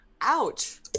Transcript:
ouch